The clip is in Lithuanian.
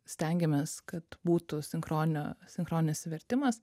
stengiamės kad būtų sinchroninio sinchroninis vertimas